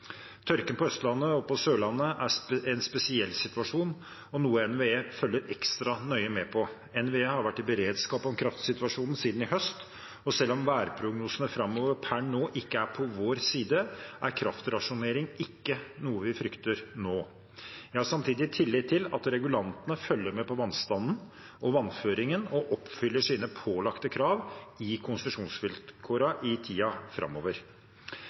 Tørken på Østlandet og på Sørlandet er en spesiell situasjon og noe NVE følger ekstra nøye med på. NVE har vært i beredskap om kraftsituasjonen siden i høst, og selv om værprognosene framover per nå ikke er på vår side, er kraftrasjonering ikke noe vi frykter nå. Jeg har samtidig tillit til at regulantene følger med på vannstanden og vannføringen og oppfyller sine pålagte krav i konsesjonsvilkårene i tiden framover.